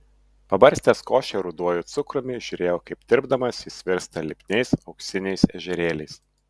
pabarstęs košę ruduoju cukrumi žiūrėjau kaip tirpdamas jis virsta lipniais auksiniais ežerėliais